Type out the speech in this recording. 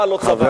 שקל.